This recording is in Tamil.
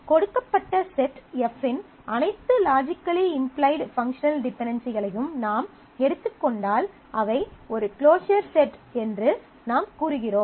கொடுக்கப்பட்ட செட் F இன் அனைத்து லாஜிக்கலி இம்ப்ளைடு பங்க்ஷனல் டிபென்டென்சிஸ்களையும் நாம் எடுத்துக் கொண்டால் அவை ஒரு க்ளோஸர் செட் என்று நாம் கூறுகிறோம்